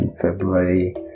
February